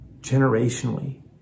generationally